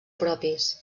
propis